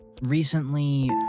recently